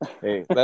Hey